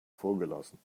vorgelassen